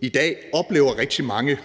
I dag oplever rigtig mange,